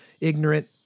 ignorant